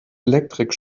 elektrik